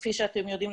כפי שאתם יודעים,